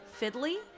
fiddly